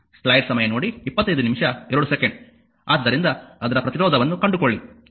ಆದ್ದರಿಂದ ಅದರ ಪ್ರತಿರೋಧವನ್ನು ಕಂಡುಕೊಳ್ಳಿ R v iR ಅನ್ನು ತಿಳಿಯಿರಿ